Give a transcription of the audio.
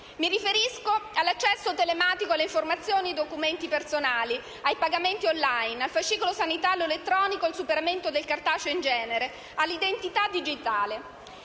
Mi riferisco all'accesso telematico, alle informazioni e ai documenti personali, ai pagamenti *on line*, al fascicolo sanitario elettronico e al superamento del cartaceo in genere, all'identità digitale.